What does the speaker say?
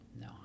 no